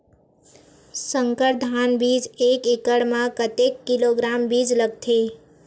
संकर धान बीज एक एकड़ म कतेक किलोग्राम बीज लगथे?